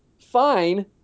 fine